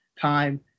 time